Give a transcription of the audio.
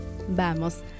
Vamos